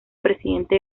presidente